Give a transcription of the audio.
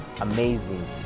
amazing